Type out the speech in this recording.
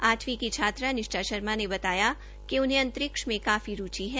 आठवीं की छात्रा निष्ठा शर्मा ने बताया कि उन्हें स्पेस में काफी रुचि है